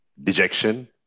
dejection